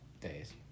Days